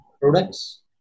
products